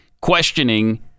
questioning